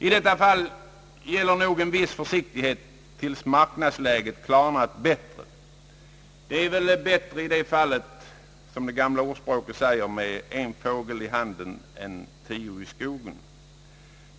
I detta fall bör man nog iaktta en viss försiktighet tills marknadsläget klarnat. Som det gamla ordspråket säger är det bättre med en fågel i handen än tio i skogen.